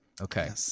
Okay